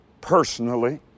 personally